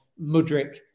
Mudrick